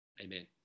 amen